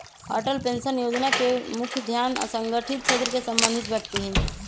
Atal pension जोजना के मुख्य ध्यान असंगठित क्षेत्र से संबंधित व्यक्ति हइ